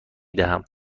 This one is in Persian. دهم